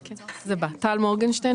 בבקשה תשלימי,